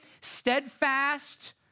steadfast